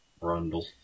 Brundle